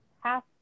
half